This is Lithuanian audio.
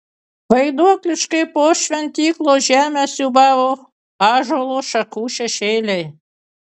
vaiduokliškai po šventyklos žemę siūbavo ąžuolo šakų šešėliai